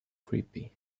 creepy